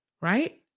right